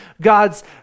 God's